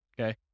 okay